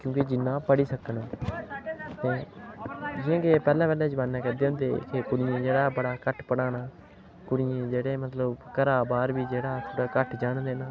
क्योंकि जि'न्ना पढ़ी सकन ते जियां की पैह्लें पैह्लें जमान्ने करदे होंदे हे की कुड़ियें ई बड़ा घट्ट पढ़ाना कुड़ियें गी जेह्डे़ मतलब घरा बाह्र बी जेह्ड़ा घट्ट जान देना